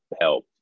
help